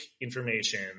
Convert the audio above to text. information